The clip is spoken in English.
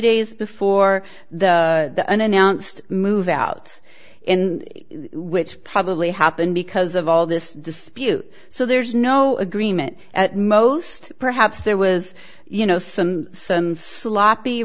days before the unannounced move out in which probably happened because of all this dispute so there's no agreement at most perhaps there was you know some some sloppy